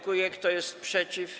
Kto jest przeciw?